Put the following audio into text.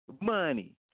Money